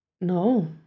No